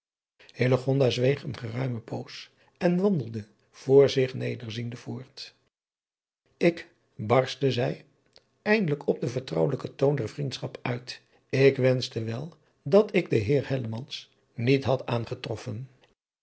eene geruime poos en wandelde voor zich nederziende voort k barstte zij eindelijk op den vertrouwelijken toon der vriendschap uit ik wenschte wel dat ik driaan oosjes zn et leven van illegonda uisman den eer niet had aangetroffen